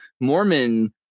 Mormon